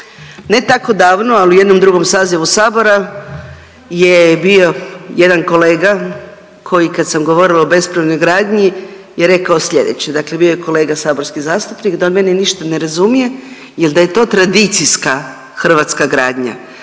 Ne tako davno, ali u jednom drugom sazivu Sabora je bio jedan kolega koji kad sam govorila o bespravnoj gradnji je rekao sljedeće, dakle bio je kolega saborski zastupnik, da on mene ništa razumije jel da je to tradicijska hrvatska gradnja,